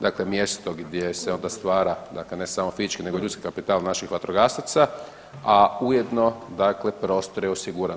Dakle, mjesto gdje se onda stvara, dakle ne samo fizički nego ljudski kapital naših vatrogasaca, a ujedno prostor je osiguran.